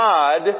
God